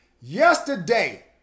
yesterday